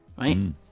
Right